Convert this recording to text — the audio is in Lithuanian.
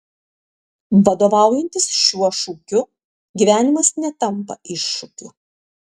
vadovaujantis šiuo šūkiu gyvenimas netampa iššūkiu